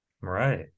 Right